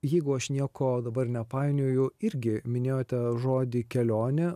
jeigu aš nieko dabar nepainioju irgi minėjote žodį kelionė